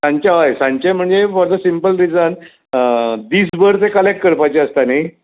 सांजचें हय सांजचें म्हणजें फॉर सिम्पल रिजन दीस भर तें कलॅक्ट करपाचें आसता न्ही